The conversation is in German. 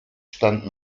stand